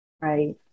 right